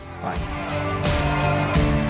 Bye